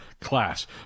class